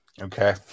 Okay